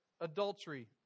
adultery